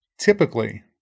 typically